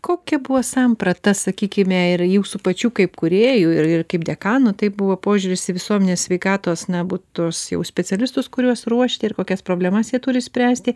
kokia buvo samprata sakykime ir jūsų pačių kaip kūrėjų ir kaip dekanų tai buvo požiūris į visuomenės sveikatos na bu tuos na jau specialistus kuriuos ruošiat ir kokias problemas jie turi spręsti